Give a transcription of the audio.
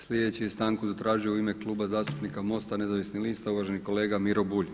Sljedeći je stanku zatražio u ime Kluba zastupnika MOST-a nezavisnih lista uvaženi kolega Miro Bulj.